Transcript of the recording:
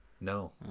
No